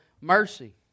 mercy